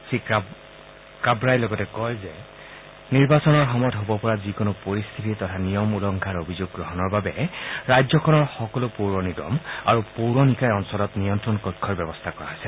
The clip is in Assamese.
শ্ৰীকাৱাই লগতে কয় যে নিৰ্বাচনৰ সময়ত হ'ব পৰা যিকোনো পৰিস্থিতি তথা নিয়ম উলংঘাৰ অভিযোগ গ্ৰহণৰ বাবে ৰাজ্যখনৰ সকলো পৌৰ নিগম আৰু পৌৰ নিকায় অঞ্চলত নিয়ন্ত্ৰণ কক্ষৰ ব্যৱস্থা কৰা হৈছে